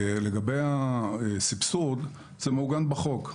לגבי הסבסוד זה מעוגן בחוק.